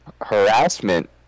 harassment